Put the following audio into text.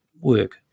work